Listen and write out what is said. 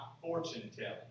fortune-telling